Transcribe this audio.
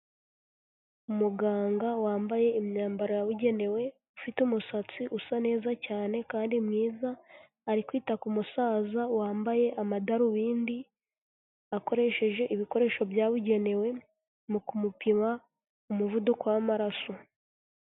Umuganga wambaye imyambaro yabugenewe ufite umusatsi usa neza cyane kandi mwiza ari kwita ku musaza wambaye amadarubindi akoresheje ibikoresho byabugenewe mu kumupima umuvuduko w'amaraso.